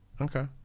Okay